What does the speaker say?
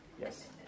Yes